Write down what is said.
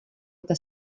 eta